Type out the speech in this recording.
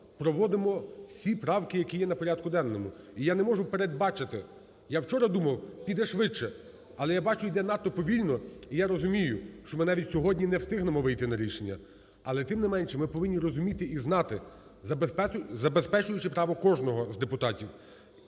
проводимо всі правки, які є на порядку денному. І я не можу передбачити, я вчора думав, піде швидше, але я бачу, іде надто повільно, і я розумію, що ми навіть сьогодні не встигнемо вийти на рішення. Але тим не менше ми повинні розуміти і знати, забезпечуючи право кожного з депутатів,